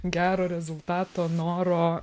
gero rezultato noro